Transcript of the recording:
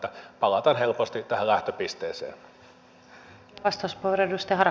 että palataan helposti tähän lähtöpisteeseen